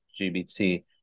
GBT